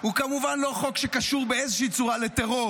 הוא כמובן לא חוק שקשור באיזושהי צורה לטרור.